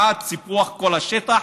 בעד סיפוח כל השטח,